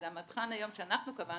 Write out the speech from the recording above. אז המבחן היום שאנחנו קבענו,